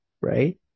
right